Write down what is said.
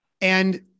And-